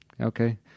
Okay